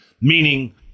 Meaning